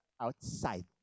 outside